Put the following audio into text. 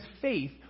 faith